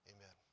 Amen